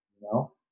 No